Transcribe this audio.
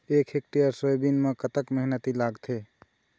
एक hectare soybean म कतक मेहनती लागथे?